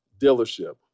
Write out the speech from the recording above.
dealership